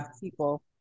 people